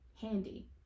handy